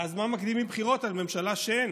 אז מה נקדים בחירות, על ממשלה שאין?